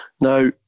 Now